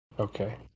Okay